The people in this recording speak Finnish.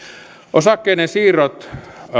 osakkeiden siirrot